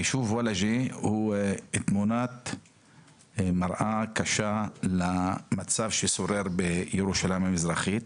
היישוב וולאג'ה הוא תמונת מראה קשה למצב ששורר בירושלים המזרחית.